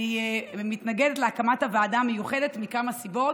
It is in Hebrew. אני מתנגדת להקמת הוועדה המיוחדת מכמה סיבות.